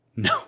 No